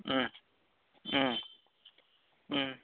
औ औ औ